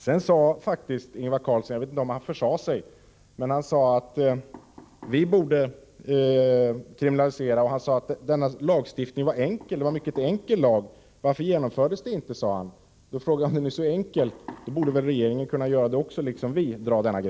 Sedan sade Ingvar Carlsson — jag vet inte om han försade sig — att det är mycket enkelt att införa en sådan lagstiftning som vi vill ha och han frågade varför den inte hade genomförts under de borgerliga regeringarnas tid. Om det är så enkelt, borde väl den nuvarande regeringen kunna dra gränsen på samma sätt som vi.